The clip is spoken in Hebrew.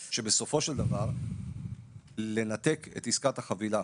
בסופו של דבר לנתק את עסקת החבילה